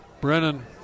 Brennan